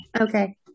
Okay